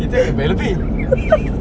itu kena bayar lebih